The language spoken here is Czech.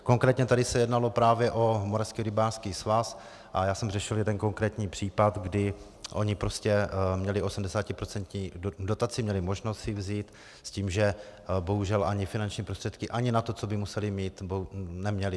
Konkrétně tady se jednalo právě o Moravský rybářský svaz a já jsem řešil jeden konkrétní případ, kdy oni prostě měli 80% dotaci, měli možnost si ji vzít s tím, že bohužel finanční prostředky ani na to, co by museli mít, neměli.